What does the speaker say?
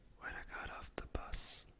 when i got off the bus,